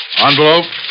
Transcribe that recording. Envelope